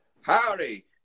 Howdy